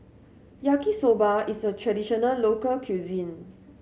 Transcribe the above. Yaki Soba is a traditional local cuisine